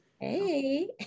hey